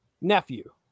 nephew